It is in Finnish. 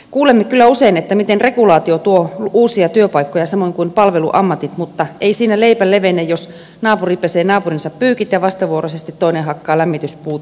kuulemme kyllä usein miten regulaatio tuo uusia työpaikkoja samoin kuin palveluammatit mutta ei siinä leipä levene jos naapuri pesee naapurinsa pyykit ja vastavuoroisesti toinen hakkaa lämmityspuut pyykkärille